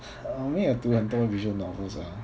我没有读很多 visual novels ah